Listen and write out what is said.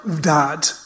Dad